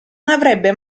avrebbe